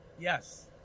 Yes